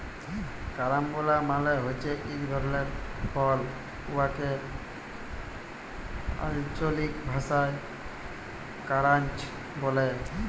carambola মালে হছে ইক ধরলের ফল উয়াকে আল্চলিক ভাষায় কারান্চ ব্যলে